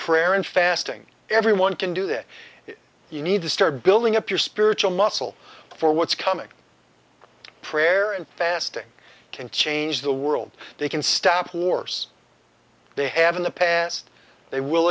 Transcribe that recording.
prayer and fasting everyone can do this you need to start building up your spiritual muscle for what's coming prayer and fasting can change the world they can stop wars they have in the past they will